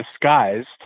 disguised